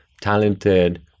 talented